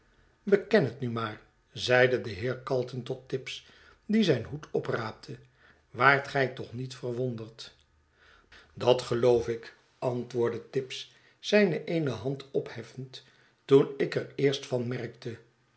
beken het nu maar zeide de heer calton tot tibbs die zijn hoed opraapte waart gij toch niet verwonderd dat geloof ik antwoordde tibbs zijn eene hand opheffend toen ik er eerst van merkte